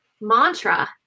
mantra